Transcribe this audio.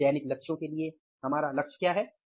कुछ चयनित लक्ष्यों के लिए हमारा लक्ष्य क्या है